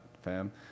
fam